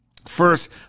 First